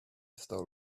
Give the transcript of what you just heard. stole